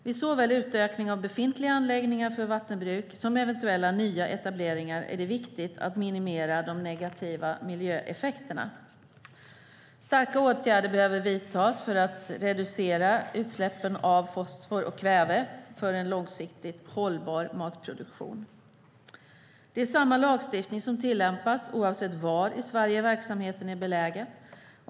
Vid såväl utökning av befintliga anläggningar för vattenbruk som eventuella nya etableringar är det viktigt att minimera de negativa miljöeffekterna. Starka åtgärder behöver vidtas för att reducera utsläppen av fosfor och kväve för en långsiktigt hållbar matproduktion. Det är samma lagstiftning som tillämpas, oavsett var i Sverige verksamheten är belägen.